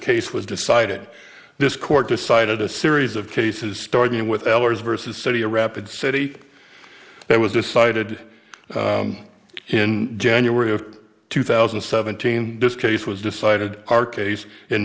case was decided this court decided a series of cases starting with ehlers versus study a rapid city it was decided in january of two thousand and seventeen this case was decided our case in